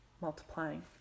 Multiplying